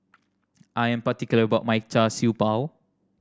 I am particular about my Char Siew Bao